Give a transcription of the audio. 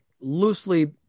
loosely